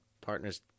partners